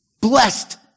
Blessed